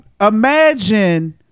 Imagine